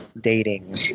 dating